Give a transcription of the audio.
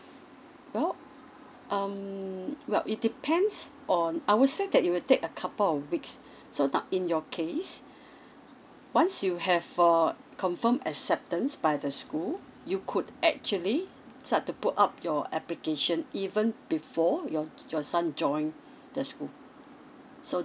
well um well it depends on I would say that it will take a couple of weeks so now in your case once you have uh confirmed acceptance by the school you could actually start to put up your application even before your your son joins the school so